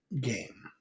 game